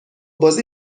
بازی